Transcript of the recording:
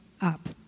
up